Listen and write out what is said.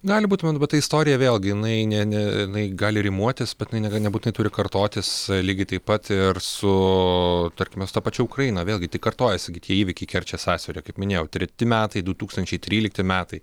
gali būti man va ta istorija vėlgi jinai ne jinai gali rimuotis bet ji nebūtinai turi kartotis lygiai taip pat ir su tarkim su ta pačia ukraina vėlgi tai kartojasi tai tie įvykiai kerčės sąsiaurio kaip minėjau treti metai du tūkstančiai trylikti metai